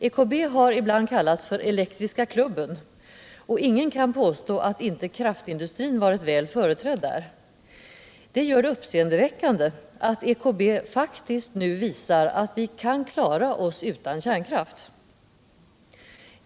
EKB har ibland kallats för Elektriska klubben, och ingen kan påstå att inte kraftindustrin varit väl företrädd där. Det gör det mer uppseendeväckande att EKB faktiskt nu visar att vi kan klara oss utan kärnkraft.